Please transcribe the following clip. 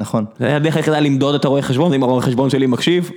נכון, הדרך היחידה למדוד את הרואה חשבון, זה אם הרואה חשבון שלי מקשיב.